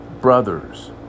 brothers